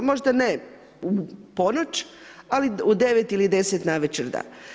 Možda ne u ponoć, ali u 9 ili 10 navečer da.